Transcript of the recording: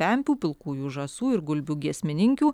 pempių pilkųjų žąsų ir gulbių giesmininkių